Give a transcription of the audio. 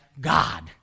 God